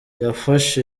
yafashe